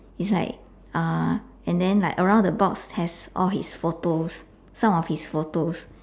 it's like uh and then like around the box has all his photos some of his photos